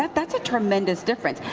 that's a tremendous difference.